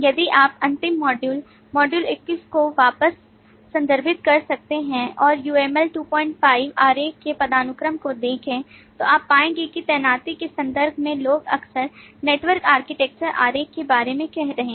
यदि आप अंतिम मॉड्यूल मॉड्यूल 21 को वापस संदर्भित कर सकते हैं और uml 25 आरेख के पदानुक्रम को देखें तो आप पाएंगे कि तैनाती के संदर्भ में लोग अक्सर network architecture आरेख के बारे में कह रहे हैं